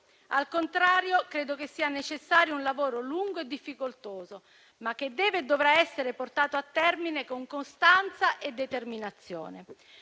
Al contrario, credo sia necessario un lavoro lungo e difficoltoso, ma che deve e dovrà essere portato a termine con costanza e determinazione.